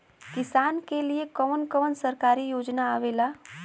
किसान के लिए कवन कवन सरकारी योजना आवेला?